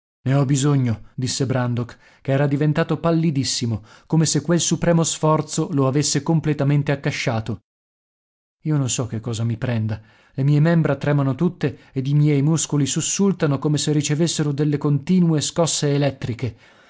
ne ho bisogno disse brandok che era diventato pallidissimo come se quel supremo sforzo lo avesse completamente accasciato io non so che cosa mi prenda le mie membra tremano tutte ed i miei muscoli sussultano come se ricevessero delle continue scosse elettriche